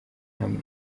hamwe